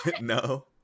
No